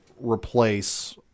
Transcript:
replace